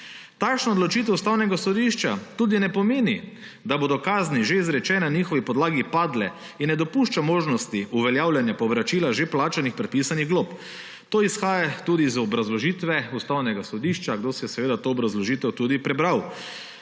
Takšna odločitev Ustavnega sodišča tudi ne pomeni, da bodo kazni, že izrečene na njihovi podlagi, padle, in ne dopušča možnosti uveljavljanja povračila že plačanih predpisanih glob. To izhaja tudi iz obrazložitve Ustavnega sodišča, kdor si je seveda to obrazložitev tudi prebral.